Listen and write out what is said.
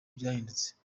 byahindutse